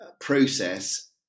process